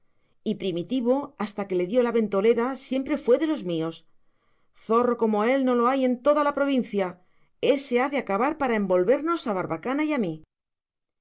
y primitivo hasta que le dio la ventolera siempre fue de los míos zorro como él no lo hay en toda la provincia ése ha de acabar por envolvernos a barbacana y a mí